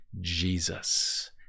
Jesus